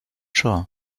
sure